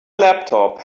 laptop